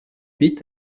huit